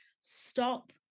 stop